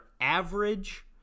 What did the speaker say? average